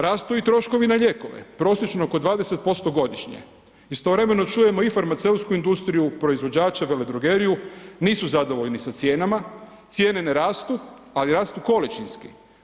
Rastu i troškovi na lijekove prosječno oko 20% godišnje, istovremeno čujemo i farmaceutsku industriju, proizvođača, veledrogeriju nisu zadovoljni sa cijenama, cijene ne rastu ali rastu količinski.